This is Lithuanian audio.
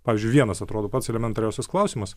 pavyzdžiui vienas atrodo pats elementariausius klausimas